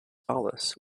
solis